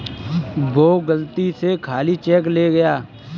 वो गलती से खाली चेक ले गया